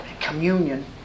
Communion